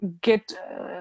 get